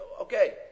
Okay